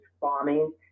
bombing